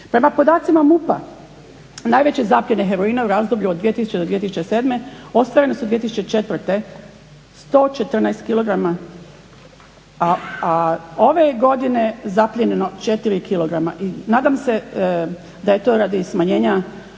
Prema podacima MUP-a najveće zapljene heroina u razdoblju od 2000. do 2007. ostvarene su 2004. 114 kilograma, a ove je godine zaplijenjeno 4 kilograma, i nadam se da je to radi i smanjenja